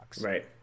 Right